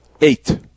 Eight